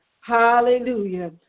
Hallelujah